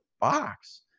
box